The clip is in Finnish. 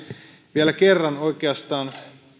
vielä kerran oikeastaan